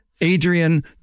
Adrian